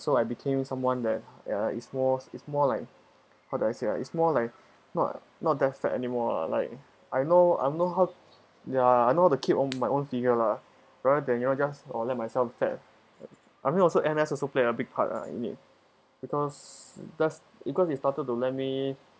so I became someone that ya it's more it's more like how do I say ah it's more like not not that fat anymore lah like I know I know how ya I know how to the keep on my own figure lah rather than you know just or let myself fat I mean also N_S also play a big part lah I mean because that's because it started to let me